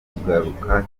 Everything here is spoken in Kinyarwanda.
kugaruka